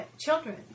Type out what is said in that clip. children